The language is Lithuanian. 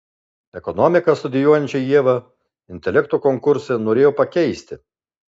ekonomiką studijuojančią ievą intelekto konkurse norėjo pakeisti